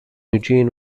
eugene